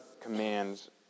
commands